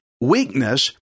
weakness